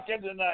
tonight